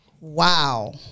Wow